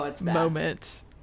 moment